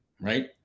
right